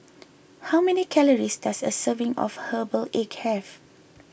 how many calories does a serving of Herbal Egg have